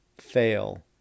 fail